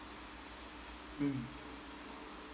mm